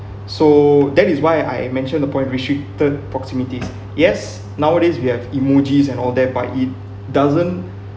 so that is why I mentioned the point restricted proximities yes nowadays we have emojis and all that but it doesn't